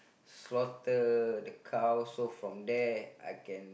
slaughter the cow so from there I can